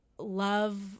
love